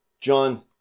John